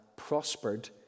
prospered